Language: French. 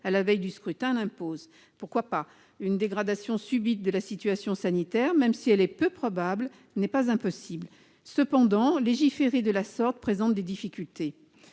à la veille du scrutin l'imposait. Pourquoi pas ? Une dégradation subite de la situation sanitaire, même si elle est peu probable, n'est pas impossible. Cependant, légiférer de la sorte présente des difficultés.